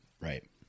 Right